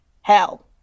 hell